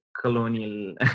colonial